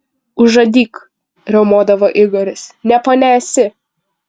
užadyk riaumodavo igoris ne ponia esi